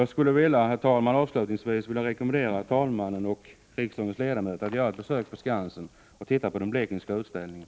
Jag skulle avslutningsvis vilja rekommendera herr talmannen och riksdagens ledamöter att göra ett besök på Skansen och se på den blekingska utställningen.